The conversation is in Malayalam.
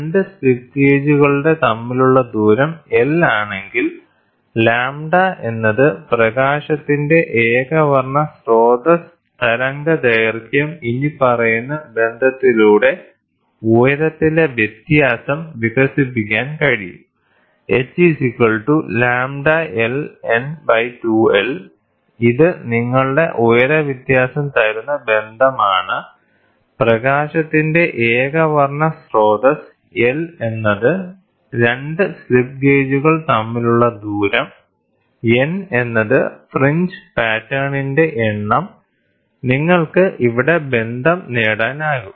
2 സ്ലിപ്പ് ഗേജുകളുടെ തമ്മിലുള്ള ദൂരം L ആണെങ്കിൽ λ എന്നത് പ്രകാശത്തിന്റെ ഏകവർണ്ണ സ്രോതസ്സ് തരംഗദൈർഘ്യം ഇനിപ്പറയുന്ന ബന്ധത്തിലൂടെ ഉയരത്തിലെ വ്യത്യാസം വികസിപ്പിക്കാൻ കഴിയും H λLN 2l ഇത് നിങ്ങൾക്ക് ഉയരവ്യത്യാസം തരുന്ന ബന്ധം ആണ് പ്രകാശത്തിന്റെ ഏകവർണ്ണ സ്രോതസ്സ് L എന്നത് 2 സ്ലിപ്പ് ഗേജുകൾ തമ്മിലുള്ള ദൂരം N എന്നത് ഫ്രിഞ്ച് പാറ്റേണിന്റെ എണ്ണം നിങ്ങൾക്ക് ഇവിടെ ബന്ധം നേടാനാകും